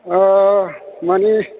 माने